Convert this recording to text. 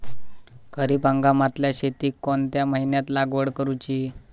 खरीप हंगामातल्या शेतीक कोणत्या महिन्यात लागवड करूची?